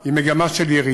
היא של ירידה.